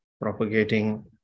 propagating